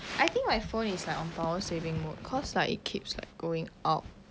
I think my phone is like on power saving mode cause like it keeps like going out